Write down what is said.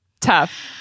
Tough